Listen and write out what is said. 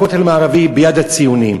הכותל המערבי ביד הציונים.